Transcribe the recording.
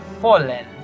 fallen